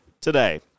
today